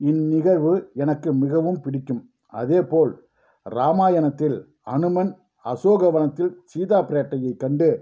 இந்நிகழ்வு எனக்கு மிகவும் பிடிக்கும் அதேபோல் ராமாயணத்தில் அனுமன் அசோகவனத்தில் சீதாப்பிராட்டியைக் கண்டு